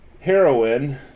Heroin